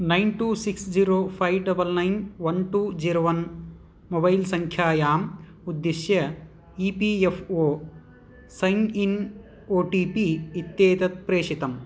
nine two six zero five double nine one two zero one mobile सङ्ख्याम् उद्दिश्य E P F O sign in O T P इत्येतत् प्रेषितम्